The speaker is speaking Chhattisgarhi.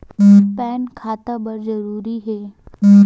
पैन खाता बर जरूरी हे?